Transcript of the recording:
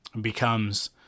becomes